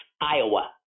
Iowa